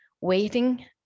waiting